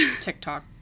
TikTok